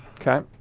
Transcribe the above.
Okay